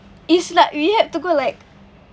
it's like we had to go like